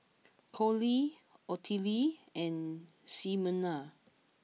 Collie Ottilie and Ximena